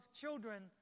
children